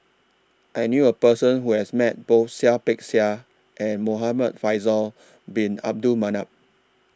I knew A Person Who has Met Both Seah Peck Seah and Muhamad Faisal Bin Abdul Manap